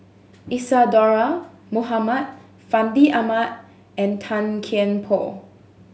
Isadhora Mohamed Fandi Ahmad and Tan Kian Por